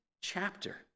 chapter